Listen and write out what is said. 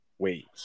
Wait